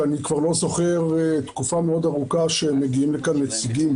שאני כבר לא זוכר תקופה מאוד ארוכה שמגיעים לכאן נציגים,